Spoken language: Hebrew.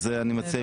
אז אני מציע,